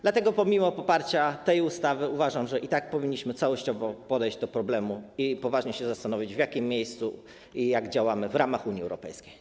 Dlatego pomimo poparcia tej ustawy uważam, że i tak powinniśmy całościowo podejść do problemu i poważnie się zastanowić, w jakim miejscu i jak działamy w ramach Unii Europejskiej.